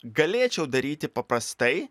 galėčiau daryti paprastai